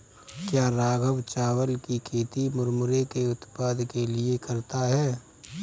क्या राघव चावल की खेती मुरमुरे के उत्पाद के लिए करता है?